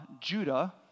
Judah